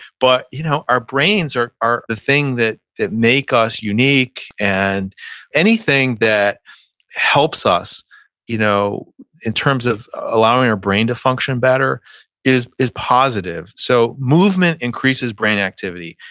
but you know our brains are the thing that that make us unique. and anything that helps us you know in terms of allowing your brain to function better is is positive so movement increases brain activity.